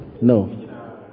No